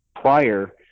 prior